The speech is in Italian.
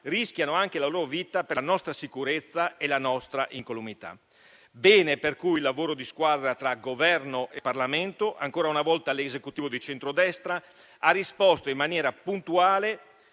rischiano anche la loro vita per la nostra sicurezza e la nostra incolumità. Bene, allora, il lavoro di squadra tra Governo e Parlamento. Ancora una volta l'Esecutivo di centrodestra ha risposto in maniera puntuale,